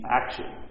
action